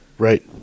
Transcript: right